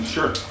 Sure